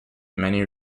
many